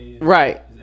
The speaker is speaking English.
Right